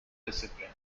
discipline